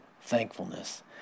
thankfulness